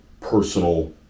personal